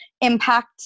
impact